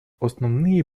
основные